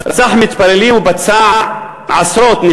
רצח מתפללים ופצע עשרות.